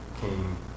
came